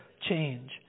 change